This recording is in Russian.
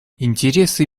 интересы